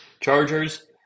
Chargers